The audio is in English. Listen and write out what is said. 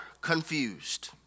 confused